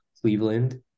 Cleveland